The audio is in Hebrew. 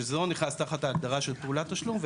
זה לא ייכנס תחת ההגדרה של פעולת תשלום,